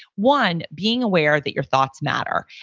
one, being aware that your thoughts matter,